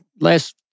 last